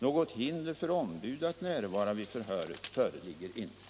Något hinder för ombud att närvara vid förhör föreligger inte.